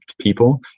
people